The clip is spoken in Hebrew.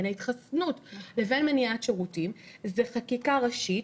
בין ההתחסנות לבין מניעת שירותים זה חקיקה ראשית,